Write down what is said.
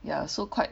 ya so quite